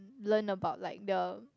learn about like the